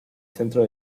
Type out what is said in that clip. centro